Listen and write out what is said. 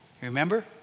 remember